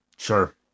Sure